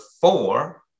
four